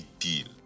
deal